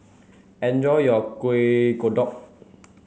enjoy your Kuih Kodok